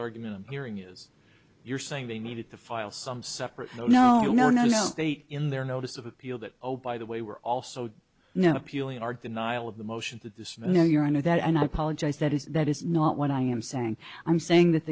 argument i'm hearing is you're saying they needed to file some separate no no no no no in their notice of appeal that oh by the way we're also now appealing our denial of the motion to dismiss now your honor that and i apologize that is that is not what i am saying i'm saying that